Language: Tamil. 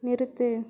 நிறுத்து